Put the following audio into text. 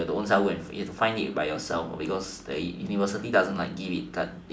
you have to ownself go and you have to find it by yourself because the university doesn't like give it but